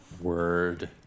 Word